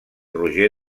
roger